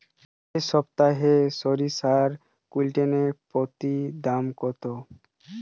এই সপ্তাহে সরিষার কুইন্টাল প্রতি দাম কত?